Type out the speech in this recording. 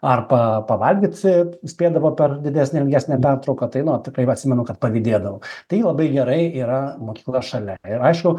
arba pavalgyt spėdavo per didesnę ilgesnę pertrauką tai nuo tikrai va atsimenu kad pavydėdavau tai labai gerai yra mokykla šalia ir aišku